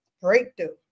breakthrough